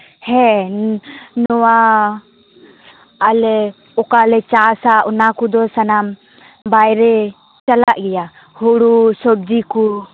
ᱦᱮᱸ ᱱᱚᱣᱟ ᱟᱞᱮ ᱚᱠᱟ ᱞᱮ ᱪᱟᱥᱟ ᱚᱱᱟ ᱠᱚᱫᱚ ᱥᱟᱱᱟᱢ ᱵᱟᱭᱨᱮ ᱪᱟᱞᱟᱜ ᱜᱮᱭᱟ ᱦᱩᱲᱩ ᱥᱚᱵᱽᱡᱤ ᱠᱚ